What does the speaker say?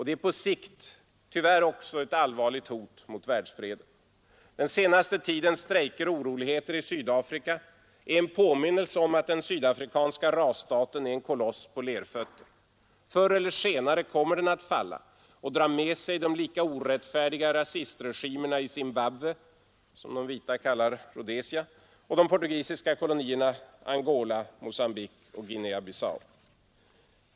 Det är också på sikt ett allvarligt hot mot världsfreden. Den senaste tidens strejker och orolig heter i Sydafrika är en påminnelse om att den sydafrikanska rasstaten är en koloss på lerfötter. Förr eller senare kommer den att falla och dra med sig de lika orättfärdiga rasistregimerna i Zimbabwe, som de vita kallar Rhodesia, och de portugisiska kolonierna Angola, Mogambique och Guinea Bissau.